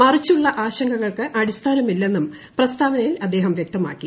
മറിച്ചുള്ള ആശങ്കകൾക്ക് അടിസ്ഥാനമില്ലെന്നും പ്രസ്താവനയിൽ അദ്ദേഹം വൃക്തമാക്കി